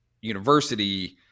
university